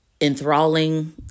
enthralling